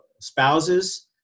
spouses